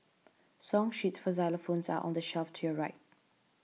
song sheets for xylophones are on the shelf to your right